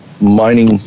mining